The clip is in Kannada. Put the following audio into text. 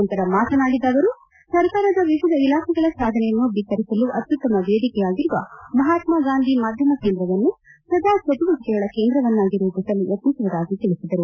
ನಂತರ ಮಾತನಾಡಿದ ಅವರು ಸರ್ಕಾರದ ವಿವಿಧ ಇಲಾಖೆಗಳ ಸಾಧನೆಯನ್ನು ಬಿತ್ತರಿಸಲು ಅತ್ಯುತ್ತಮ ವೇದಿಕೆಯಾಗಿರುವ ಮಹಾತ್ಮ ಗಾಂಧಿ ಮಾಧ್ಯಮ ಕೇಂದ್ರವನ್ನು ಸದಾ ಚಟುವಟಿಕೆಗಳ ಕೇಂದ್ರವನ್ನಾಗಿ ರೂಪಿಸಲು ಯತ್ನಿಸುವುದಾಗಿ ತಿಳಿಸಿದರು